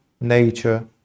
nature